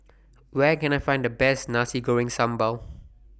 Where Can I Find The Best Nasi Goreng Sambal